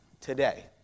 today